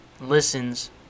Listens